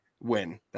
win